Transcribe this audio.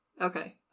Okay